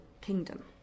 kingdom